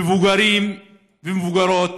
מבוגרים ומבוגרות,